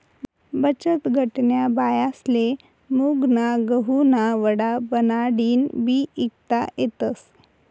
बचतगटन्या बायास्ले मुंगना गहुना वडा बनाडीन बी ईकता येतस